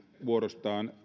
vuorostaan